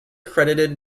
credited